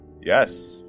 Yes